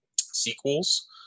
sequels